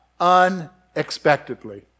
unexpectedly